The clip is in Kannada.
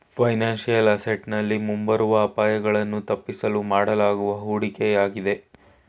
ಫೈನಾನ್ಸಿಯಲ್ ಅಸೆಂಟ್ ನಲ್ಲಿ ಮುಂಬರುವ ಅಪಾಯಗಳನ್ನು ತಪ್ಪಿಸಲು ಮಾಡಲಾಗುವ ಹೂಡಿಕೆಯಾಗಿದೆ